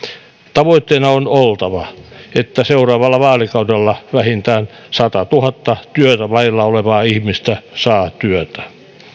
tavoitteena on oltava että seuraavalla vaalikaudella vähintään satatuhatta työtä vailla olevaa ihmistä saa työtä